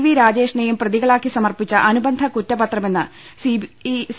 V രാജേഷിനെയും പ്രതികളാക്കി സമർപ്പിച്ച അനുബന്ധ കുറ്റപത്രമെന്ന് സി